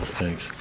Thanks